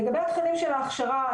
לגבי התכנים של ההכשרה,